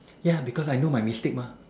ya because I know my mistake mah